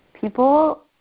people